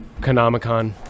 Konamicon